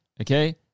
okay